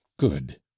good